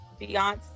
Beyonce